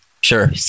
sure